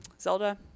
Zelda